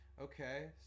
Okay